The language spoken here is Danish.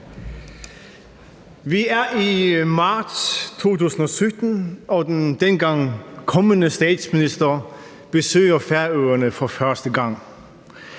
Vi er i marts 2017, og den dengang kommende statsminister besøger Færøerne for første gang.